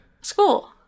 School